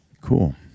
Cool